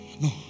No